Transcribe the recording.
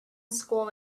school